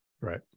right